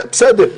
בסדר,